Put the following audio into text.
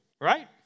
Right